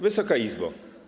Wysoka Izbo!